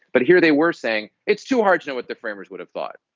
but here they were saying it's too hard to know what the framers would have thought.